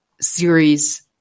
series